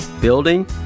building